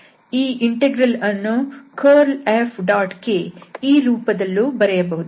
ಈ ಇಂಟೆಗ್ರಲ್ ಅನ್ನು curlFk ಈ ರೂಪದಲ್ಲೂ ಬರೆಯಬಹುದು